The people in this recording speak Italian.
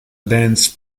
dance